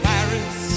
Paris